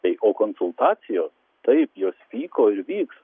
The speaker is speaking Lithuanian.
tai o konsultacijos taip jos vyko ir vyks